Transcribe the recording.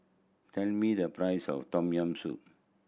tell me the price of Tom Yam Soup